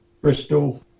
Bristol